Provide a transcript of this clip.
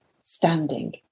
standing